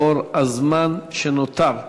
לאור הזמן שנותר.